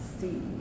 see